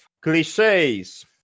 cliches